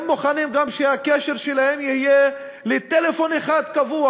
הם מוכנים גם שהקשר שלהם יהיה לטלפון אחד קבוע,